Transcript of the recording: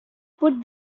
put